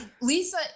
lisa